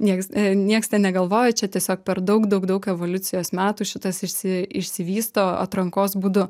nieks nieks ten negalvojo čia tiesiog per daug daug daug evoliucijos metų šitas išsi išsivysto atrankos būdu